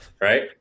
right